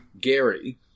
Gary